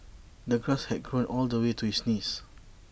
the grass had grown all the way to his knees